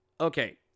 Okay